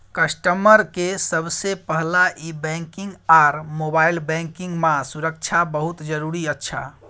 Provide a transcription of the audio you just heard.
customer के सबसे पहला ई बैंकिंग आर मोबाइल बैंकिंग मां सुरक्षा बहुत जरूरी अच्छा